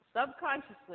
subconsciously